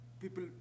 people